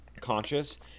conscious